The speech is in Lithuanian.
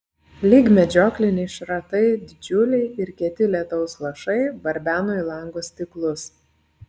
lyg medžiokliniai šratai didžiuliai ir kieti lietaus lašai barbeno į lango stiklus